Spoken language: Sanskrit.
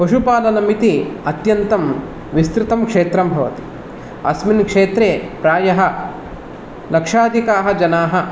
पशुपालनमिति अत्यन्तं विस्तृतं क्षेत्रं भवति अस्मिन् क्षेत्रे प्रायः लक्षाधिकाः जनाः